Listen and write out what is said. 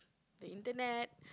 the internet